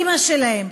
אימא שלהם,